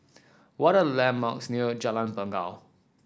what are the landmarks near Jalan Bangau